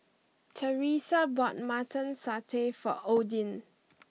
Teresa bought Mutton Satay for Odin